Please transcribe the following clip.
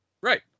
Right